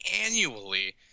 annually